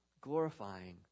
glorifying